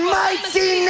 mighty